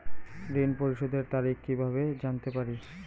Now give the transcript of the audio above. ঋণ পরিশোধের তারিখ কিভাবে জানতে পারি?